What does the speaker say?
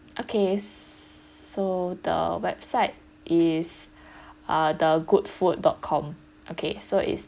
okay so the website is err the good food dot com okay so it's